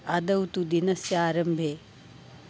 आदौ तु दिनस्य आरम्भे